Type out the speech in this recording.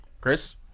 Chris